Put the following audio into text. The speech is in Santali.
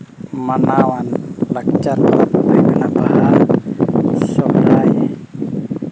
ᱢᱟᱱᱟᱣᱟᱱ ᱞᱟᱠᱪᱟᱨ ᱫᱚ ᱦᱩᱭᱩᱜ ᱠᱟᱱᱟ ᱵᱟᱦᱟ ᱥᱚᱦᱨᱟᱭ